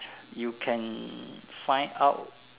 you can find out